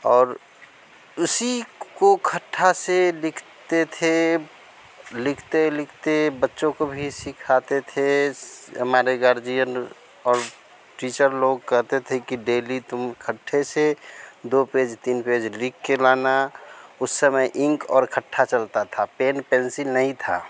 और उसी को खट्ठा से लिखते थे लिखते लिखते बच्चों को भी सिखाते थे हमारे गार्जियन और टीचर लोग कहते थे कि डेली तुम खट्ठे से दो पेज तीन पेज लिखकर लाना उस समय इंक और खट्ठा चलता था पेन पेंसिल नहीं था